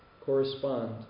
correspond